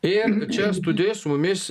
ir čia studijo su mumis